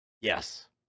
Yes